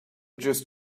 just